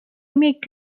make